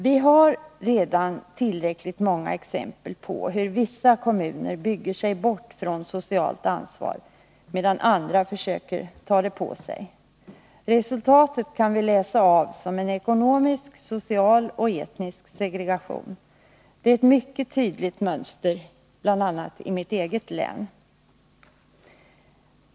Vi har redan tillräckligt många exempel på hur vissa kommuner bygger sig bort från socialt ansvar medan andra försöker ta på sig detta ansvar. Resultatet kan vi avläsa som en ekonomisk, social och etnisk segregation. Det är ett mycket tydligt mönster bl.a. i mitt eget län.